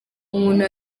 umuntu